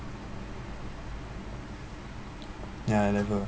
ya I never